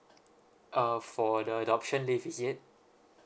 uh for the adoption leave is it